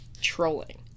trolling